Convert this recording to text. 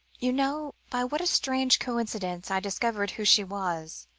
you know by what a strange coincidence i discovered who she was,